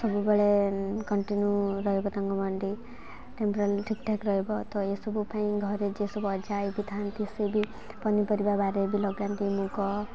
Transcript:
ସବୁବେଳେ କଣ୍ଟିନ୍ୟୁ ରହିବ ତାଙ୍କ ମଣ୍ଡି ଟେମ୍ପୋରା ଠିକ୍ ଠାକ୍ ରହିବ ତ ଏସବୁ ପାଇଁ ଘରେ ଯେସବୁ ଅଜା ହୋଇ ବି ଥାଆନ୍ତି ସେ ବି ପନିପରିବା ବାଡ଼ି ବି ଲଗାନ୍ତି ମୁଗ